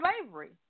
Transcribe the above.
slavery